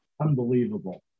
Unbelievable